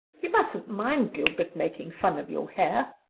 you mustn't mind gilbert making fun of your hair,